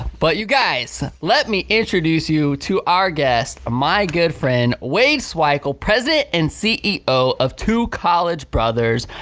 but you guys, let me introduce you to our guest, my good friend, wade swikle, president and ceo of two college brothers.